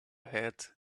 had